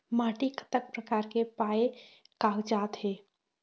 माटी कतक प्रकार के पाये कागजात हे?